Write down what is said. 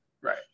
Right